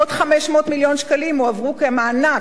עוד 500 מיליון שקלים הועברו כמענק,